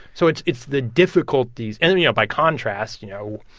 so it's it's the difficulties and you know, by contrast, you know,